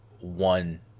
one